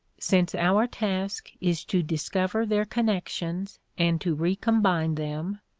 since our task is to discover their connections and to recombine them,